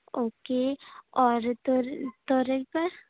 okay اور تورئی پر